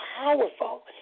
powerful